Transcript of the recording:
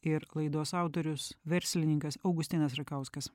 ir laidos autorius verslininkas augustinas rakauskas